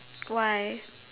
why